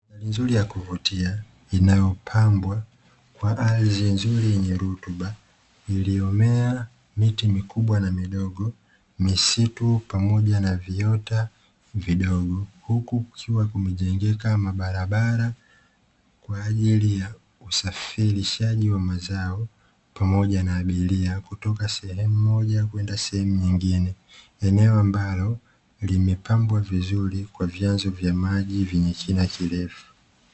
Mandhari kubwa ya kuvutia inayopambwa kwa ardhi nzuri yenye rutuba iliyomea miti mikubwa na midogo misitu pamoja na viota vidogo, huku kukiwa kumejengeka na barabara kwa ajili ya usafirishaji wa mazao pamoja na abiria kutoka sehemu moja kwenda nyingine, eneo ambalo limepambwa vizuri kwa vyanzo vya maji vyenye kina kirefu.